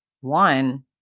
one